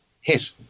hit